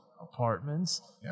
apartments